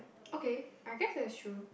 okay I guess that is true